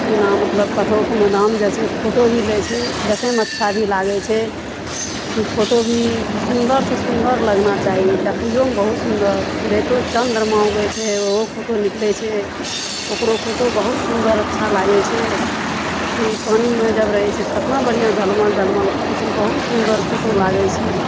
जेना मतलब कतहु कोनो धाम जाइ छै तऽ फोटो भी लै छै देखयमे अच्छा भी लागय छै की फोटो भी सुन्दरसँ सुन्दर लगना चाही देखइएमे बहुत सुन्दर कि राइतो चन्द्रमा उगय छै ओहो फोटो निकलइ छै ओकरो फोटो बहुत सुन्दर अच्छा लागइ छै ई पानिमे जब रहय छै तऽ कतना बढ़ियाँ झलमल झलमल करय छै बहुत सुन्दर फोटो लागय छै